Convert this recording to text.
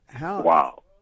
Wow